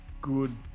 good